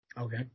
Okay